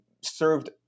served